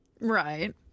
Right